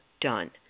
done